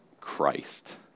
Christ